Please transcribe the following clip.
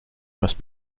must